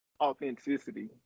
authenticity